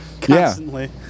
Constantly